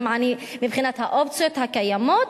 גם עני מבחינת האופציות הקיימות.